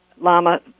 Lama